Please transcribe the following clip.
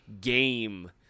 game